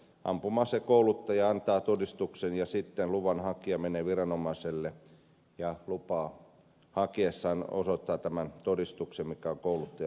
ampuma asekouluttaja antaa todistuksen ja sitten luvanhakija menee viranomaiselle ja lupaa hakiessaan osoittaa tämän todistuksen mikä on kouluttajalta saatu